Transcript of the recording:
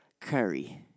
Curry